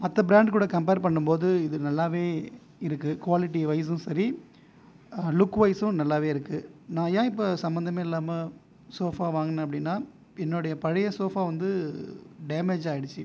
மற்ற பிராண்ட் கூட கம்பேர் பண்ணும் போது இது நல்லாவே இருக்குது குவாலிட்டிவைஸ்சும் சரி லுக்வைஸ்சும் நல்லாவே இருக்குது நான் ஏன் இப்போ சம்பந்தமே இல்லாமல் சோஃபா வாங்கினேன் அப்படினால் என்னுடைய பழைய சோஃபா வந்து டேமேஜ் ஆகிடுச்சி